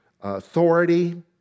authority